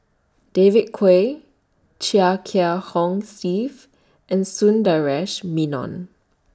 David Kwo Chia Kiah Hong Steve and Sundaresh Menon